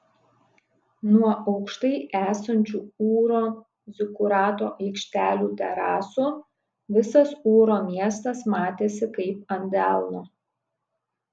nuo aukštai esančių ūro zikurato aikštelių terasų visas ūro miestas matėsi kaip ant delno